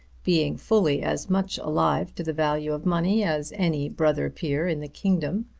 being fully as much alive to the value of money as any brother peer in the kingdom,